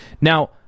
Now